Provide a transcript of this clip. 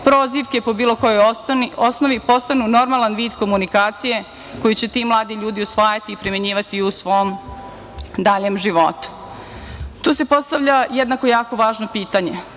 prozivke po bilo kojoj osnovi postanu normalan vid komunikacije koju će ti mladi ljudi usvajati i primenjivati u svom daljem životu. Tu se postavlja jednako, jako važno pitanje